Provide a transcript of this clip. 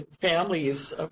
families